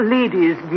Ladies